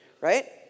right